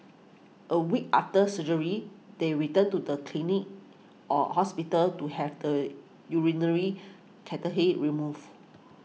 a week after surgery they return to the clinic or hospital to have the urinary cut he removed